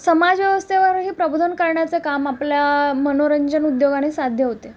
समाजव्यवस्थेवरही प्रबोधन करण्याचं काम आपल्या मनोरंजन उद्योगाने साध्य होते